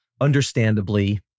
understandably